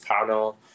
panel